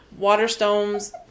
Waterstones